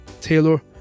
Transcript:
Taylor